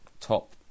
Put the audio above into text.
top